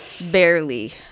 Barely